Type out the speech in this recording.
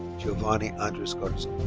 giovanny andres garzon.